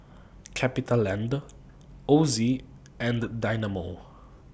CapitaLand Ozi and Dynamo